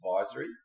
Advisory